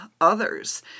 others